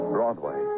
Broadway